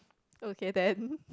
okay then